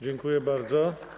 Dziękuję bardzo.